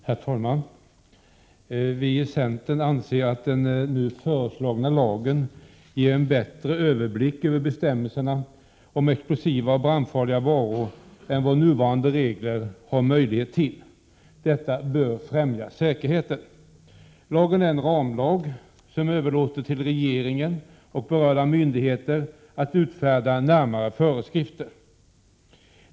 Herr talman! Vi i centern anser att den nu föreslagna lagen ger en bättre överblick över bestämmelserna om explosiva och brandfarliga varor än vad 123 nuvarande regler ger möjlighet till. Detta bör främja säkerheten. Lagen är en ramlag som överlåter på regeringen och berörda myndigheter att utfärda närmare föreskrifter.